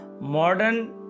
modern